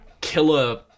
killer